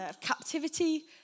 captivity